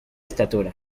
estatura